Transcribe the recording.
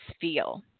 feel